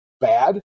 bad